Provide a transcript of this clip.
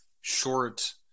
short